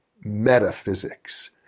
metaphysics